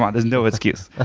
ah there's no excuse. ah